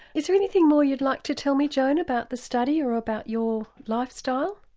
is there anything more you'd like to tell me joan about the study or about your lifestyle?